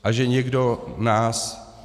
A že někdo nás...